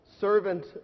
servant